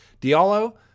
Diallo